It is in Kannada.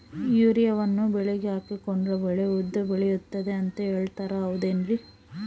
ಯೂರಿಯಾವನ್ನು ಬೆಳೆಗೆ ಹಾಕೋದ್ರಿಂದ ಬೆಳೆ ಉದ್ದ ಬೆಳೆಯುತ್ತೆ ಅಂತ ಹೇಳ್ತಾರ ಹೌದೇನ್ರಿ?